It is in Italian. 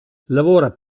lavora